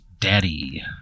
Daddy